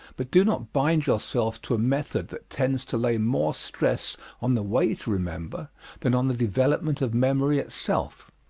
but do not bind yourself to a method that tends to lay more stress on the way to remember than on the development of memory itself.